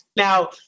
Now